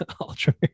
ultra